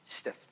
stiff